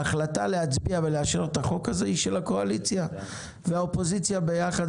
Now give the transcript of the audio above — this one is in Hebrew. ההחלטה להצביע ולאשר את החוק הזה היא של הקואליציה והאופוזיציה ביחד,